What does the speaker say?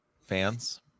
fans